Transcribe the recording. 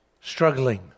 struggling